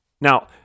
Now